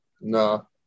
no